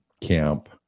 camp